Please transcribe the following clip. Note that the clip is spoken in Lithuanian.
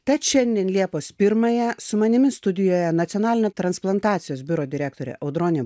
tad šiandien liepos pirmąją su manimi studijoje nacionalinio transplantacijos biuro direktorė audronė